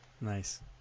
Nice